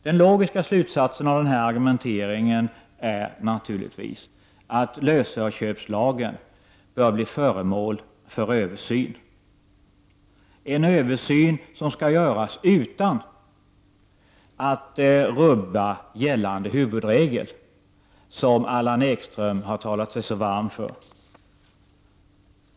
Den logiska slutsatsen av min argumentering är naturligtvis att lösöreköplagen bör bli föremål för översyn, en översyn som skall göras utan att man rubbar gällande huvudregel, som Allan Ekström har talat sig så varm för.